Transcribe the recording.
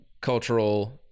cultural